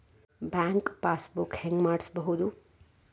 Bank pass book ಹೆಂಗ್ ಮಾಡ್ಸೋದು?